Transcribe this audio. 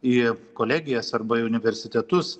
į kolegijas arba į universitetus